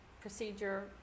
procedure